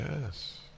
yes